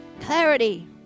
Clarity